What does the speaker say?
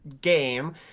game